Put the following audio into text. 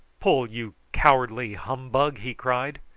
pull, you cowardly humbug! he cried.